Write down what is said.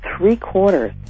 three-quarters